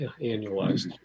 annualized